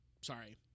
Sorry